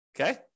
Okay